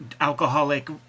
alcoholic